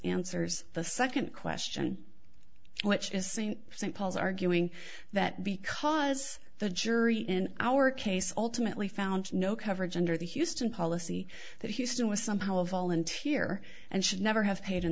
answers the second question which is st st paul's arguing that because the jury in our case ultimately found no coverage under the houston policy that houston was somehow a volunteer and should never have paid in